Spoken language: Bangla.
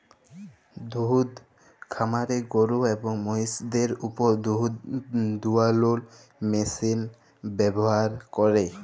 দুহুদ খামারে গরু এবং মহিষদের উপর দুহুদ দুয়ালোর মেশিল ব্যাভার ক্যরে